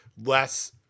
less